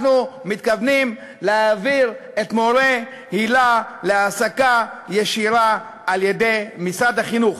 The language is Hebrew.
אנחנו מתכוונים להעביר את מורי היל"ה להעסקה ישירה על-ידי משרד החינוך.